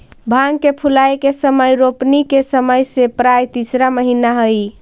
भांग के फूलाए के समय रोपनी के समय से प्रायः तीसरा महीना हई